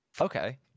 okay